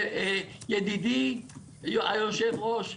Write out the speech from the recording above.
ידידי היושב-ראש,